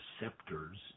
receptors